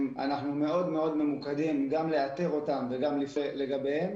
אנחנו מאוד מאוד ממוקדים גם לאתר אותם וגם לפעול לגביהם